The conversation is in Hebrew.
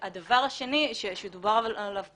והדבר השני, שדובר עליו פה,